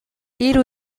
hiru